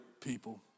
people